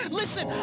listen